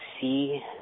see